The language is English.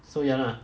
so ya lah